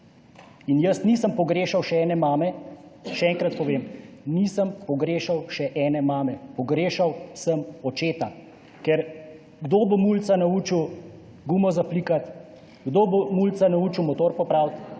in jaz nisem pogrešal še ene mame, še enkrat povem, nisem pogrešal še ene mame, pogrešal sem očeta. Ker kdo bo mulca naučil zaflikati gumo, kdo bo mulca naučil popraviti